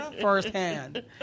firsthand